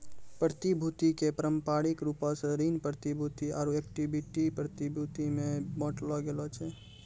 प्रतिभूति के पारंपरिक रूपो से ऋण प्रतिभूति आरु इक्विटी प्रतिभूति मे बांटलो गेलो छै